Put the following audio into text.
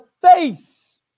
face